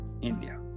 India